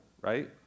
right